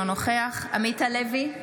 אינו נוכח עמית הלוי,